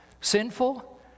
sinful